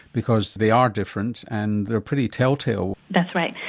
because they are different, and they're pretty tell-tale. that's right.